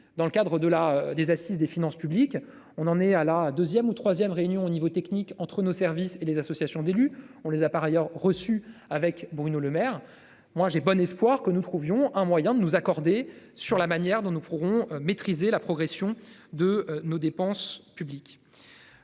dans le cadre de la des assises des finances publiques, on en est à la 2ème ou 3ème réunion au niveau technique entre nos services et les associations d'élus, on les a par ailleurs reçu avec Bruno Lemaire. Moi j'ai bon espoir que nous trouvions un moyen de nous accorder. Sur la manière dont nous pourrons maîtriser la progression de nos dépenses publiques.